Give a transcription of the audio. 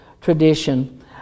tradition